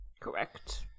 Correct